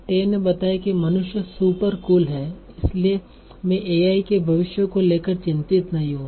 टे ने बताया कि मनुष्य सुपर कूल हैं इसलिए मैं एआई के भविष्य को लेकर चिंतित नहीं हूं